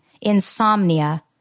Insomnia